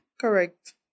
Correct